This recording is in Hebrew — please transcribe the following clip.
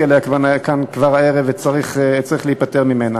עליה כאן כבר הערב וצריך להיפטר ממנה.